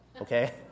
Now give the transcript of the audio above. okay